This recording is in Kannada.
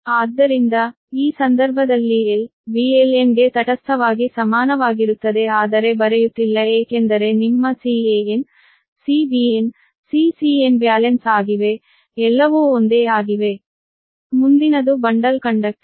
ಆದ್ದರಿಂದ ಈ ಸಂದರ್ಭದಲ್ಲಿ L VLN ಗೆ ತಟಸ್ಥವಾಗಿ ಸಮಾನವಾಗಿರುತ್ತದೆ ಆದರೆ ಬರೆಯುತ್ತಿಲ್ಲ ಏಕೆಂದರೆ ನಿಮ್ಮ Can Cbn Ccn ಬ್ಯಾಲೆನ್ಸ್ ಆಗಿವೆ ಎಲ್ಲವೂ ಒಂದೇ ಆಗಿವೆ ಮುಂದಿನದು ಬಂಡಲ್ ಕಂಡಕ್ಟರ್